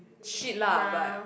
shit lah but